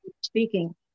speaking